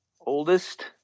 oldest